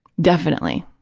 definitely.